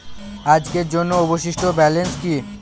আজকের জন্য অবশিষ্ট ব্যালেন্স কি?